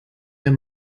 der